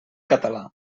català